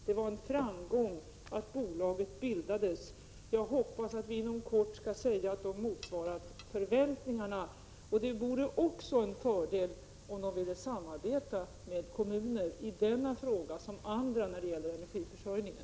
Det var en framgång att detta bolag bildades. Jag hoppas att vi inom kort skall kunna säga att man motsvarat förväntningarna. Det vore också en fördel om bolaget ville samarbeta med kommunerna i denna fråga liksom i andra när det gäller energiförsörjningen.